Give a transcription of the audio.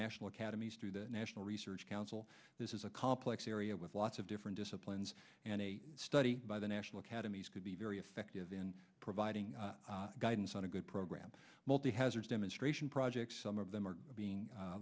national academies through the national research council this is a complex area with lots of different disciplines and a study by the national academies could be very effective in providing guidance on a good program multi hazzards demonstration projects some of them are being